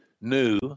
new